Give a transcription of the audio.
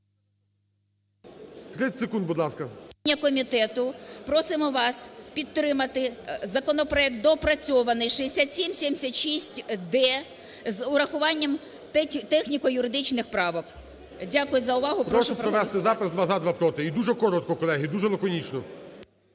Прошу провести запис: два – за, два – проти. І дуже коротко, колеги, дуже лаконічно.